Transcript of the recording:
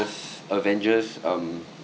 avengers um